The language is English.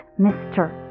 Mr